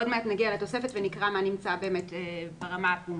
עוד מעט נגיע לתוספת ונקרא מה נמצא ברמה הפומבית.